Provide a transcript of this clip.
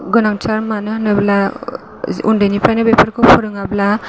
गोनांथार मानो होनोब्ला उन्दैनिफ्रायनो बेफोरखौ फोरोङाब्ला